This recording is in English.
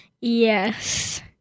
Yes